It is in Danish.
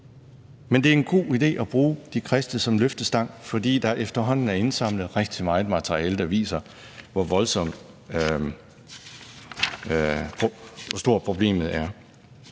Men det er en god idé at bruge de kristne som løftestang, fordi der efterhånden er indsamlet rigtig meget materiale, der viser, hvor stort problemet er.